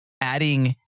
adding